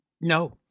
No